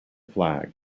flag